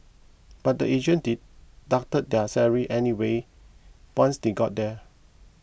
but the agent deducted their salaries anyway once they got there